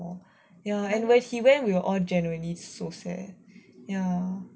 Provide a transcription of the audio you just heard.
ya and when he went we were all genuinely so sad ya